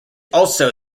also